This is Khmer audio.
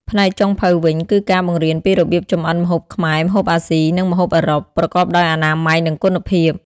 ផ្នែកចុងភៅវិញ គឺការបង្រៀនពីរបៀបចម្អិនម្ហូបខ្មែរ ម្ហូបអាស៊ី និងម្ហូបអឺរ៉ុប ប្រកបដោយអនាម័យ និងគុណភាព។